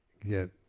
get